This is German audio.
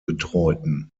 betreuten